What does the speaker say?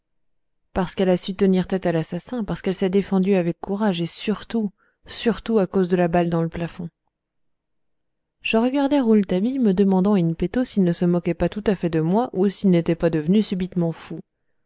parce qu'elle a su tenir tête à l'assassin parce qu'elle s'est défendue avec courage et surtout surtout à cause de la balle dans le plafond je regardai rouletabille me demandant in petto s'il ne se moquait pas tout à fait de moi ou s'il n'était pas devenu subitement fou